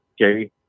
Okay